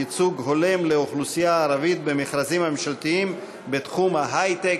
ייצוג הולם לאוכלוסייה הערבית במכרזים הממשלתיים בתחום ההיי-טק),